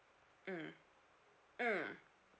mm mm